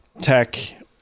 tech